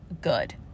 good